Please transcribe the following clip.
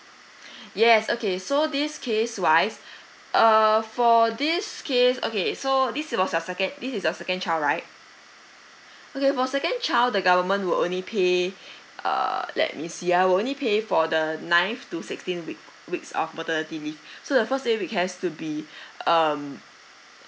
yes okay so this case wise err for this case okay so this was your second this is your second child right okay for second child the government will only pay err let me see ah will only pay for the ninth to sixteen weeks weeks of maternity leave so the first set will has to be um